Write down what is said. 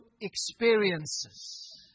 experiences